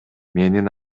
менин